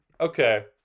Okay